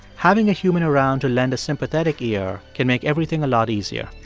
having a human around to lend a sympathetic ear can make everything a lot easier.